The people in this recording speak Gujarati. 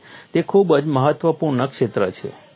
તેથી તે ખૂબ જ મહત્વપૂર્ણ ક્ષેત્ર છે